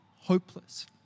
hopeless